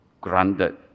granted